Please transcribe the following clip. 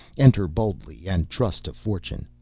enter boldly and trust to fortune.